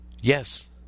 Yes